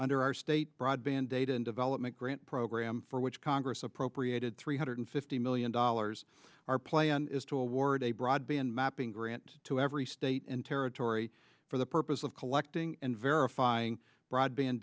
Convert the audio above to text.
under our state broadband data and development grant program for which congress appropriated three hundred fifty million dollars our plan is to award a broad been mapping grant to every state and territory for the purpose of collecting and verifying broadband